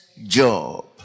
Job